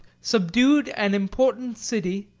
subdued an important city,